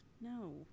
no